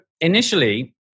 initially